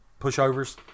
pushovers